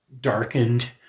darkened